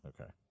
Okay